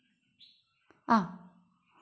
ആ